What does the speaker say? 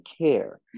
care